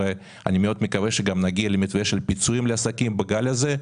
אני מאוד מקווה שגם נגיע למתווה של פיצויים לעסקים בגל הזה,